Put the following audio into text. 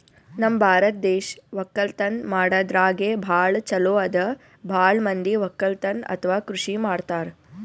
ನಮ್ ಭಾರತ್ ದೇಶ್ ವಕ್ಕಲತನ್ ಮಾಡದ್ರಾಗೆ ಭಾಳ್ ಛಲೋ ಅದಾ ಭಾಳ್ ಮಂದಿ ವಕ್ಕಲತನ್ ಅಥವಾ ಕೃಷಿ ಮಾಡ್ತಾರ್